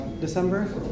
December